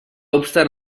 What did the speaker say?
obstant